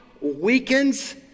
weakens